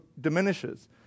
diminishes